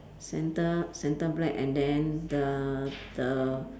centre centre black and then the the